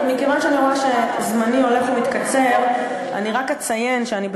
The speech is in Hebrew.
מכיוון שאני רואה שזמני הולך ומתקצר אני רק אציין שאני,